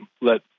let